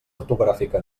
ortogràfica